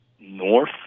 north